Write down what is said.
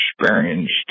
experienced